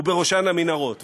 ובראשן המנהרות.